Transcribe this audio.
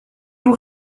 vous